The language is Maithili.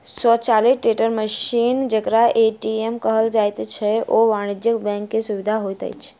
स्वचालित टेलर मशीन जेकरा ए.टी.एम कहल जाइत छै, ओ वाणिज्य बैंक के सुविधा होइत अछि